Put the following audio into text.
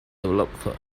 developer